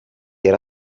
era